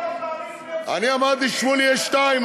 אני אמרתי שלשמולי יש 2,